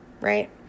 right